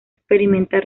experimenta